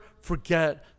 forget